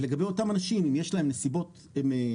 ולגבי אותם אנשים אם יש להם נסיבות קשות,